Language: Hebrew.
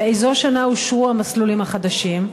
1. באיזו שנה אושרו המסלולים החדשים?